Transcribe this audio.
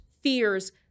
fears